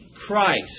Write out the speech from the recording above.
Christ